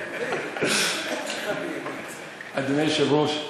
אדוני היושב-ראש,